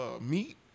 meat